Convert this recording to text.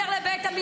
אני מצפה לזה